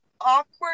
awkward